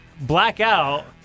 Blackout